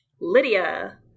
Lydia